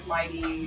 Mighty